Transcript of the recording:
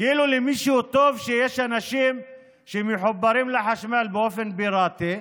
כאילו למישהו טוב שיש אנשים שמחוברים לחשמל באופן פיראטי,